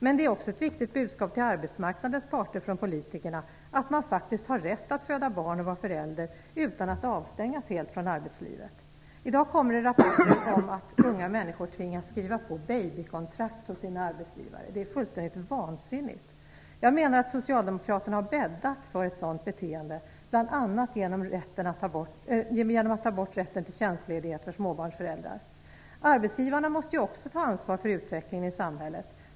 Men det är också ett viktigt budskap till arbetsmarknadens parter från politikerna att man faktiskt har rätt att föda barn och att vara förälder utan att helt avstängas från arbetslivet. I dag kommer det rapporter om att unga människor av sina arbetsgivare tvingas att skriva på babykontrakt. Detta är fullständigt vansinnigt. Jag menar att Socialdemokraterna har bäddat för ett sådant beteende, bl.a. genom att de tagit bort rätten till tjänstledighet för småbarnsföräldrar. Arbetsgivarna måste ju också ta ansvar för utvecklingen i samhället.